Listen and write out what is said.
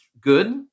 good